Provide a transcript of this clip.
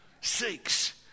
six